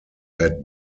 had